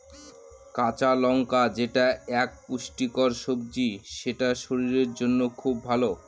কাঁচকলা যেটা এক পুষ্টিকর সবজি সেটা শরীরের জন্য খুব ভালো